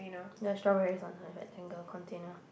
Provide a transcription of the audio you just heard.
ya strawberries on her rectangular container